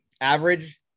average